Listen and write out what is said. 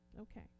Okay